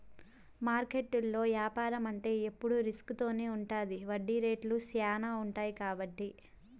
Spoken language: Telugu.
మార్కెట్లో యాపారం అంటే ఎప్పుడు రిస్క్ తోనే ఉంటది వడ్డీ రేట్లు శ్యానా ఉంటాయి కాబట్టి